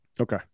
Okay